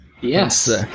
Yes